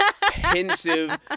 pensive